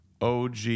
OG